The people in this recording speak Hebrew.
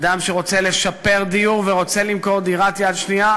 אדם שרוצה לשפר דיור ורוצה למכור דירת יד שנייה,